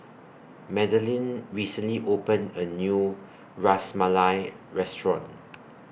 Madalynn recently opened A New Ras Malai Restaurant